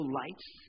lights